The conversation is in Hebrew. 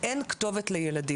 אין כתובת לילדים,